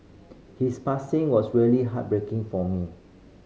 his passing was really heartbreaking for me